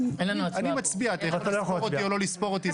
אני מצביע, אתה יכול לספור אותי או לא לספור אותי.